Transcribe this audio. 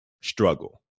struggle